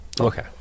Okay